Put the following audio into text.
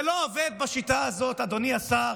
זה לא עובד בשיטה הזאת, אדוני השר,